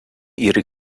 ihre